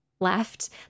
left